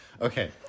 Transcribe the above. Okay